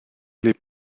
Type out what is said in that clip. les